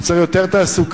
הוא צריך יותר תעסוקה,